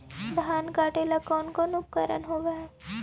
धान काटेला कौन कौन उपकरण होव हइ?